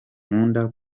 nkunda